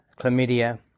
chlamydia